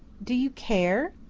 do you care?